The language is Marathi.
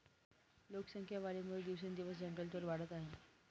लोकसंख्या वाढीमुळे दिवसेंदिवस जंगलतोड वाढत आहे